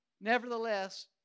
nevertheless